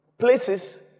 Places